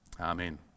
Amen